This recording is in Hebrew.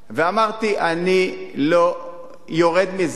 ואמרתי: אני לא יורד מזה.